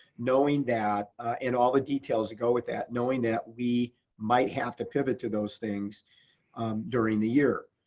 knowing that and all the details that go with that, knowing that we might have to pivot to those things during the year.